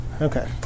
Okay